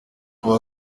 ubu